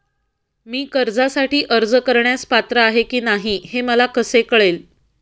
मी कर्जासाठी अर्ज करण्यास पात्र आहे की नाही हे मला कसे कळेल?